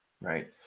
right